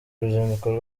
uruzinduko